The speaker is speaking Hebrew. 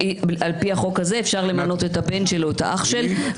על פי החוק הזה אפשר למנות את הבן של או את האח של.